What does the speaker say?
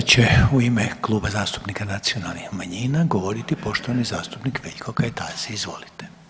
Sada će u ime Kluba zastupnika nacionalnih manjina govoriti poštovani zastupnik Veljko Kajtazi, izvolite.